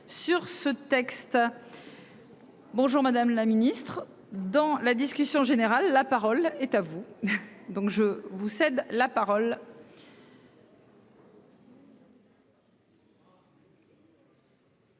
Bonjour, madame la Ministre, dans la discussion générale. La parole est à vous. Donc je vous cède la parole.